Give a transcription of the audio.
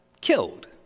killed